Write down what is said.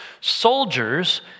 Soldiers